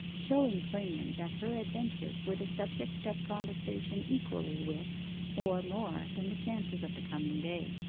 showing plainly that her adventures were the subject of conversation equally with or more than the chances of the coming day.